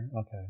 Okay